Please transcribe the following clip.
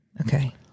Okay